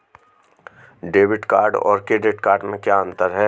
Debit card और credit card में क्या अंतर है?